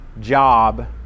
job